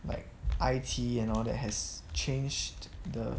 like I_T and all that has changed the